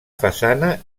façana